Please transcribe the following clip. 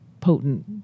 potent